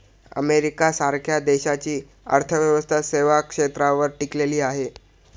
America सारख्या देशाची अर्थव्यवस्था सेवा क्षेत्रावर टिकलेली आहे